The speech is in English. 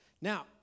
Now